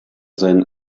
sein